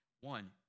One